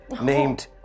named